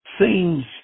seems